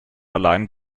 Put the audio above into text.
allein